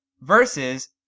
versus